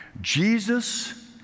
Jesus